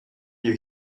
you